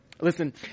listen